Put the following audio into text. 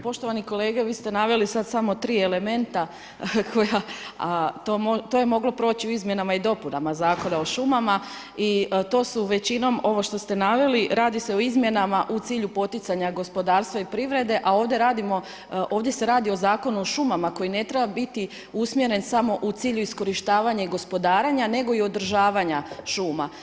Poštovani kolega, vi ste naveli sada samo 3 elementa, koja, to je moglo proći u izmjenama i dopunama Zakona o šumama i to su većinom, ovo što ste naveli, radi se o izmjenama o cilju poticanja gospodarstva i privrede, a ovdje radimo, ovdje se radi o Zakonu o šumama, koji ne treba biti usmjeren samo u cilju iskorištavanja i gospodarenja, nego i održavanja šuma.